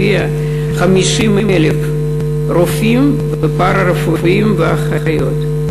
הביאה 50,000 רופאים ועובדים פארה-רפואיים ואחיות.